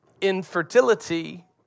infertility